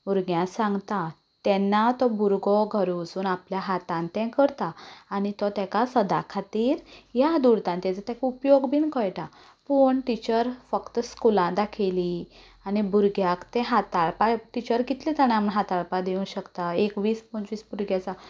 भुरग्यां सांगता तेन्ना तो भुरगो घरा वचून आपल्या हातांत तें करता आनी तो ताका सदां खातीर याद उरता आनी ताजो ताका उपयोग बीन कळटा पूण टिचर फक्त स्कुलांत दाखयली आनी भुरग्याक तें हाताळपाक टिचर कितले जाणांक म्हूण हाताळपाक दिवूंक शकता एक वीस पंचवीस भुरगीं आसा